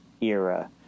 era